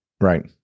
Right